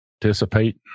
participate